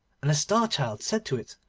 and the star-child said to it,